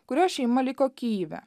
kurio šeima liko kijeve